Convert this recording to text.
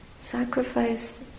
sacrifice